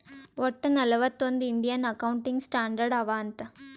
ವಟ್ಟ ನಲ್ವತ್ ಒಂದ್ ಇಂಡಿಯನ್ ಅಕೌಂಟಿಂಗ್ ಸ್ಟ್ಯಾಂಡರ್ಡ್ ಅವಾ ಅಂತ್